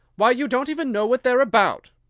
why, you don't even know what they're about!